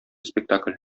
спектакль